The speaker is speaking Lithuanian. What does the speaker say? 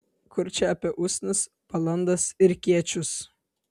kur čia apie usnis balandas ir kiečius